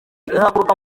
ihaguruka